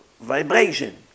Vibration